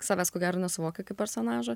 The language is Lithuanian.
savęs ko gero nesuvokia kaip personažo